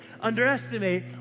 underestimate